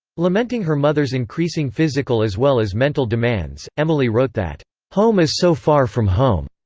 lamenting her mother's increasing physical as well as mental demands, emily wrote that home is so far from home.